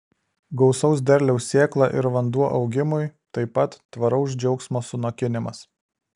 gausaus derliaus sėkla ir vanduo augimui taip pat tvaraus džiaugsmo sunokimas